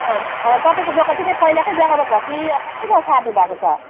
अँ अँ तपाईँको दोकान चाहिँ त्यहीँ पहिलाकै जग्गामा छ कि अर्कै जग्गा सार्नुभएको छ